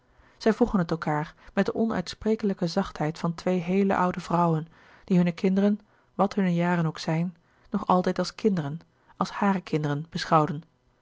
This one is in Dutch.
zij vroegen het elkaâr met de onuitsprekelijke zachtheid van twee heele oude vrouwen die hunne kinderen wat hunne jaren ook zijn nog altijd als kinderen als hàre kinderen beschouwden